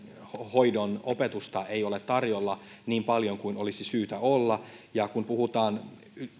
hoidon opetusta ei ole tarjolla niin paljon kuin olisi syytä olla ja kun puhutaan